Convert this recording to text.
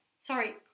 sorry